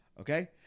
Okay